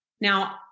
Now